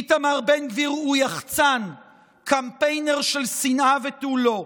איתמר בן גביר הוא יחצן, קמפיינר של שנאה ותו לא.